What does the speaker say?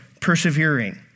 persevering